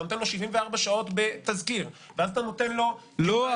נותן לו 74 שעות בתזכיר ואז אתה נותן לו --- לא,